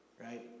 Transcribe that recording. Right